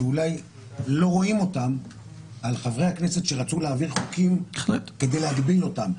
שאולי לא רואים אותן על חברי הכנסת שרצו להעביר חוקים כדי להגביל אותם.